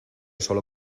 solo